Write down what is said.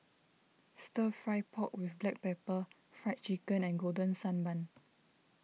Stir Fry Pork with Black Pepper Fried Chicken and Golden Sand Bun